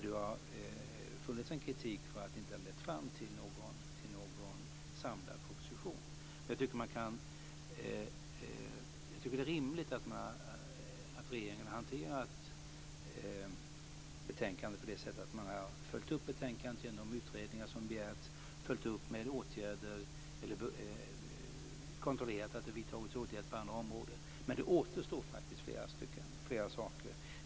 Det har funnits en kritik mot att det inte har lett till en samlad proposition. Jag tycker att det är rimligt att regeringen har hanterat betänkandet genom att följa upp det med utredningar som begärts och på andra områden genom att kontrollera att åtgärder vidtagits. Det återstår dock flera saker.